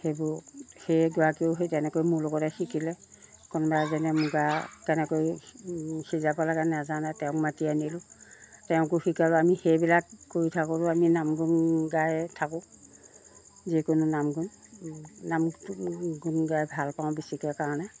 সেইবোৰ সেই গৰাকীয়েও সেই তেনেকৈ মোৰ লগতে শিকিলে কোনোবা যেনে মুগা কেনেকৈ সিজাব লাগে নেজানে তেওঁক মাতি আনিলোঁ তেওঁকো শিকালোঁ আমি সেইবিলাক কৰি থাকোঁ আমি নাম গুণ গাই থাকোঁ যিকোনো নাম গুণ নাম গুণ গাই ভাল পাওঁ বেছিকৈ কাৰণে